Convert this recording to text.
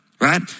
Right